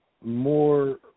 more